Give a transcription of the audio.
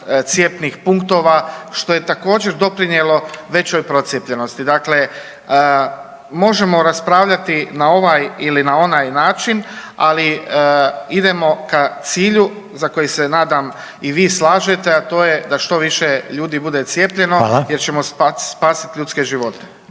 cjepnih punktova, što je također doprinjelo većoj procijepljenosti. Dakle, možemo raspravljati na ovaj ili na onaj način, ali idemo ka cilju za koji se nadam i vi slažete, a to je da što više ljudi bude cijepljeno…/Upadica: Hvala/…jer ćemo spasit ljudske živote.